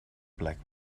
black